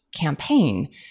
campaign